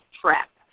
trap